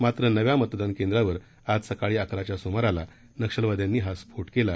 मात्र नव्या मतदान केंद्राबर आज सकाळी अकराच्या सुमाराला नक्षलवाद्यांनी हा स्फोट केला